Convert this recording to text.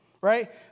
right